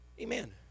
Amen